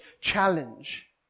challenge